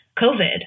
COVID